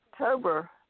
October